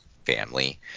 family